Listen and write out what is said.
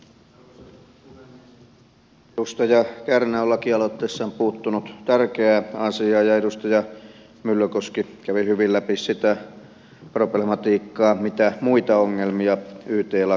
edustaja kärnä on lakialoitteessaan puuttunut tärkeään asiaan ja edustaja myllykoski kävi hyvin läpi sitä problematiikkaa mitä muita ongelmia yt lakiin liittyen on